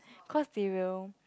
cause they will